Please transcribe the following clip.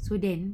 so then